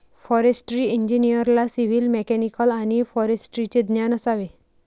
forestry इंजिनिअरला civil, mechanical आणि फॉरेस्ट्रीचे ज्ञान असावे